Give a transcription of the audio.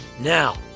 Now